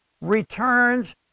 returns